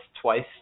twice